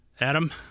Adam